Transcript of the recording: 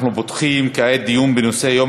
אנחנו פותחים כעת דיון בנושא ציון יום